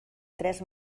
tres